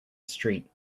street